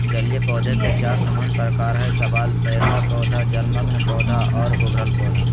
जलीय पौधे के चार सामान्य प्रकार हइ शैवाल, तैरता पौधा, जलमग्न पौधा और उभरल पौधा